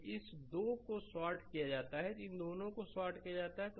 तो इस दो को शॉर्ट किया जाता है इन दोनों को शॉर्ट किया जाता है